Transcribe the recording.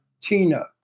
tina